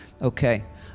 Okay